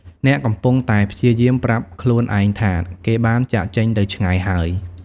អ្នកកំពុងតែព្យាយាម ប្រាប់ខ្លួនឯងថា គេបានចាកចេញទៅឆ្ងាយហើយ។